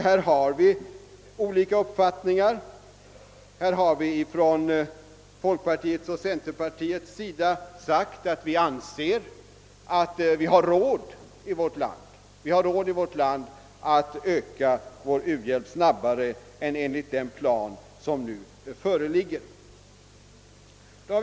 Där är emellertid uppfattningarna delade. I folkpartiet och centerpartiet har vi förklarat att vi anser oss ha råd här i landet att öka vår u-hjälp snabbare än vad som anges i den uppgjorda planen.